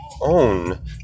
own